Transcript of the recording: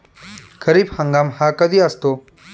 खरीप हंगाम हा कधी असतो?